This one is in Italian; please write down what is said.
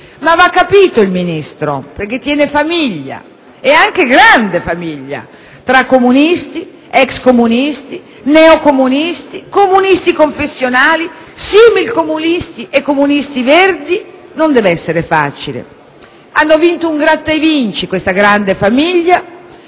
Va capito il Ministro: tiene famiglia, e anche grande. Tra comunisti, ex comunisti, neocomunisti, comunisti confessionali, similcomunisti e comunisti verdi non deve essere facile. Hanno vinto un gratta e vinci, questo è il